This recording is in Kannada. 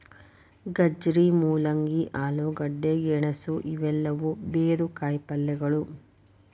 ಗಜ್ಜರಿ, ಮೂಲಂಗಿ, ಆಲೂಗಡ್ಡೆ, ಗೆಣಸು ಇವೆಲ್ಲವೂ ಬೇರು ಕಾಯಿಪಲ್ಯಗಳು